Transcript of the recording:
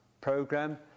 program